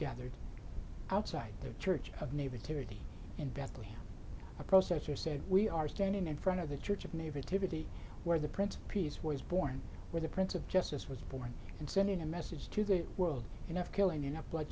gathered outside the church of neva tyranny in bethlehem a processor said we are standing in front of the church of nativity where the prince of peace was born where the prince of justice was born and sending a message to the world enough killing enough blood